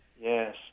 Yes